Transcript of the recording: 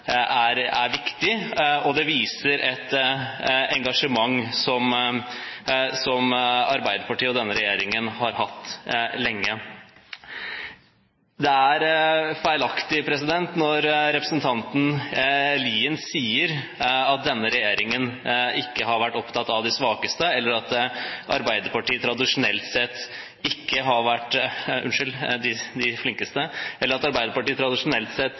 er viktig, og det viser et engasjement som Arbeiderpartiet og denne regjeringen har hatt lenge. Det er feilaktig når representanten Lien sier at denne regjeringen ikke har vært opptatt av de flinkeste, eller at Arbeiderpartiet tradisjonelt sett ikke har vært opptatt av å hjelpe enerne. Det er en slags forestilling som er prøvd konstruert av høyresiden i norsk politikk. Jeg mener at